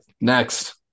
Next